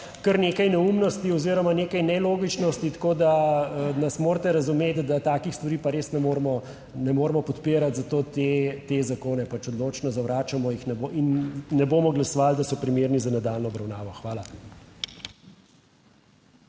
kar nekaj neumnosti oziroma nekaj nelogičnosti, tako da nas morate razumeti, da takih stvari pa res ne moremo podpirati, zato te zakone pač odločno zavračamo, jih ne bo in ne bomo glasovali, da so primerni za nadaljnjo obravnavo. Hvala.